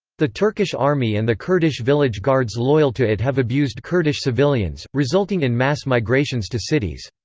the turkish army and the kurdish village guards loyal to it have abused kurdish civilians, resulting in mass migrations to cities.